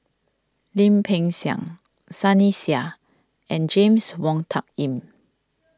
Lim Peng Siang Sunny Sia and James Wong Tuck Yim